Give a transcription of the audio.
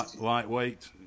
lightweight